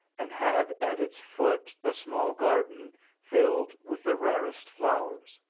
and had at its foot a small garden filled with the rirest flowers.